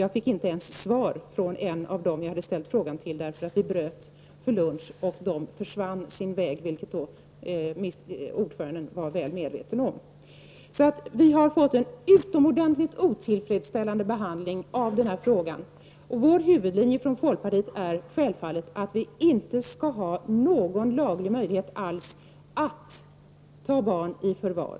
Jag fick inte ens ett svar från en av dem som jag hade riktat min fråga till. Mötet bröts för lunch, och sedan försvann man. Detta var ordföranden mycket väl medveten om. Frågan har alltså fått en utomordentligt otillfredsställande behandling. Folkpartiets huvudlinje är självfallet att det över huvud taget inte skall finnas någon laglig möjlighet att ta barn i förvar.